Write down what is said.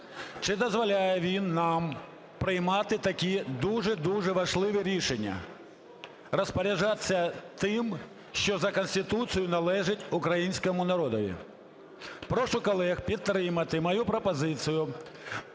чи дозволяє він нам приймати такі дуже-дуже важливі рішення – розпоряджатися тим, що за Конституцією належить українському народові. Прошу колег підтримати мою пропозицію